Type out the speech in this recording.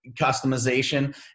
customization